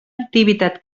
activitat